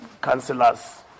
councillors